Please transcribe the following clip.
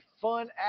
fun